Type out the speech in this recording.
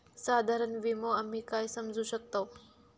साधारण विमो आम्ही काय समजू शकतव?